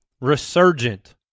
resurgent